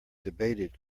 debated